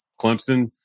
Clemson